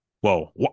Whoa